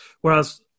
Whereas